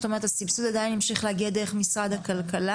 זאת אומרת הסבסוד עדיין ימשיך להגיע דרך משרד הכלכלה,